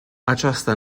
aceasta